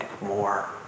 more